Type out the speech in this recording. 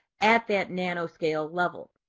at that nanoscale level.